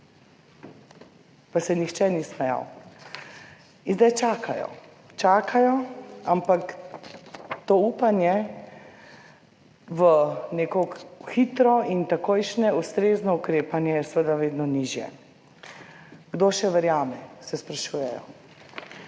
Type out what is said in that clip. pa se nihče ni smejal. In zdaj čakajo. Čakajo, ampak to upanje v neko hitro in takojšnje ustrezno ukrepanje je seveda vedno nižje. Kdo še verjame, se sprašujejo.